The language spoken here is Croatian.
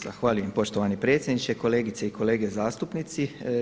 Zahvaljujem poštovani predsjedniče, kolegice i kolege zastupnici.